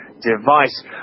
device